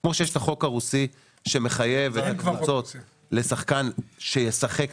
כמו שיש את החוק הרוסי שמחייב את הקבוצות לשחקן שישחק,